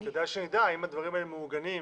אז כדאי שנדע אם הדברים האלה מעוגנים.